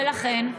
ולכן,